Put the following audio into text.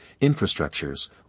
infrastructures